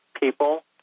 people